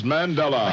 Mandela